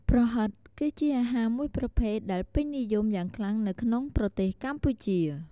ប្រហិត គឺជាអាហារមួយប្រភេទដែលពេញនិយមយ៉ាងខ្លាំងនៅក្នុងប្រទេសកម្ពុជា។